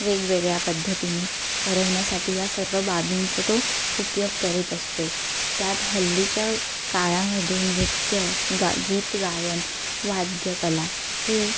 वेगवेगळ्या पद्धतीने करवण्यासाठी या सर्व बाबींचा तो उपयोग करीत असतो त्यात हल्लीच्या काळामध्ये नृत्य गा गीत गायन वाद्यकला हे